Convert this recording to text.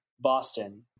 Boston